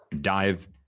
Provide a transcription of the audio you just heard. dive